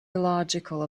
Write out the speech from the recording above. illogical